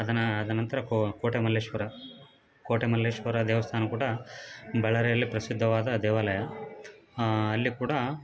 ಅದನ್ನು ಆದ ನಂತರ ಕೋಟೆ ಮಲ್ಲೇಶ್ವರ ಕೋಟೆ ಮಲ್ಲೇಶ್ವರ ದೇವಸ್ಥಾನ ಕೂಡ ಬಳ್ಳಾರಿಯಲ್ಲಿ ಪ್ರಸಿದ್ಧವಾದ ದೇವಾಲಯ ಅಲ್ಲಿ ಕೂಡ